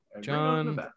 John